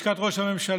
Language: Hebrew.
לשכת ראש הממשלה,